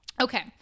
Okay